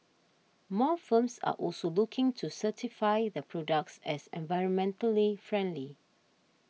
more firms are also looking to certify their products as environmentally friendly